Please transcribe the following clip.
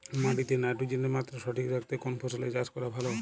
মাটিতে নাইট্রোজেনের মাত্রা সঠিক রাখতে কোন ফসলের চাষ করা ভালো?